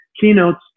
keynotes